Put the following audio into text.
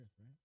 right